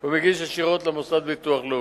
הוא מגיש ישירות למוסד לביטוח לאומי.